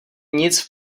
nic